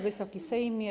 Wysoki Sejmie!